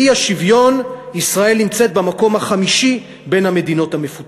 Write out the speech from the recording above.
באי-שוויון ישראל נמצאת במקום החמישי בין המדינות המפותחות.